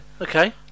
Okay